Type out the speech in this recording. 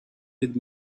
with